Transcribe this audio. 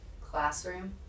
classroom